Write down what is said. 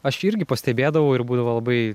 aš irgi pastebėdavau ir būdavo labai